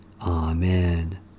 Amen